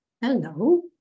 Hello